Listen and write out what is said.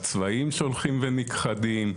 הצבאים שהולכים ונכחדים,